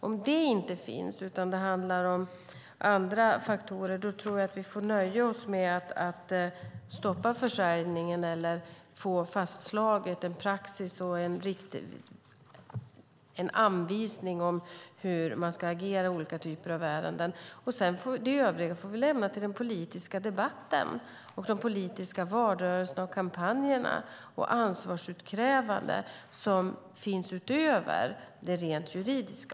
Om det inte finns utan det handlar om andra faktorer tror jag att vi får nöja oss med att stoppa försäljningen eller få fastslaget en praxis och en anvisning om hur man ska agera i olika typer av ärenden. Det övriga får vi lämna till den politiska debatten, till de politiska valrörelserna och kampanjerna och det ansvarsutkrävande som finns utöver det rent juridiska.